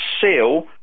seal